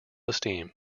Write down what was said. esteem